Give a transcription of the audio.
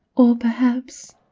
or perhaps,